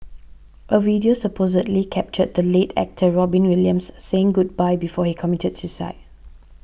a video supposedly captured the late actor Robin Williams saying goodbye before he committed suicide